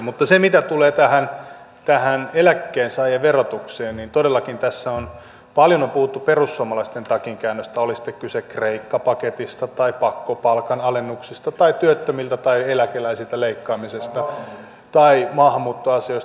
mutta mitä tulee tähän eläkkeensaajan verotukseen niin todellakin tässä on paljon puhuttu perussuomalaisten takinkäännöstä oli sitten kyse kreikka paketista tai pakkopal kanalennuksista tai työttömiltä tai eläkeläisiltä leikkaamisesta tai maahanmuuttoasioista